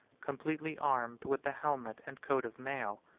completely armed with the helmet and coat of mail.